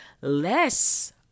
less